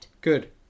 good